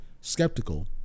skeptical